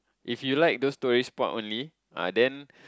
if you like those tourist spot only ah then